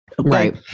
Right